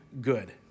good